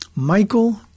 Michael